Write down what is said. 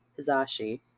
Hizashi